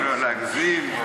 לא להגזים, לא להגזים.